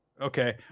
Okay